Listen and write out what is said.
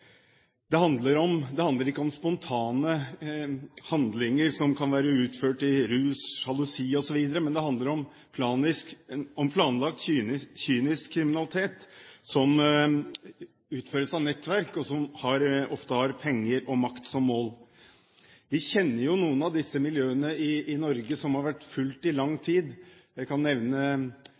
Det handler ikke om spontane handlinger som kan være utført i rus, sjalusi osv., men det handler om planlagt, kynisk kriminalitet som utføres av nettverk som ofte har penger og makt som mål. Vi kjenner jo noen av disse miljøene i Norge, som har vært fulgt i lang tid. Jeg kan nevne